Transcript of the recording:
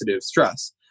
stress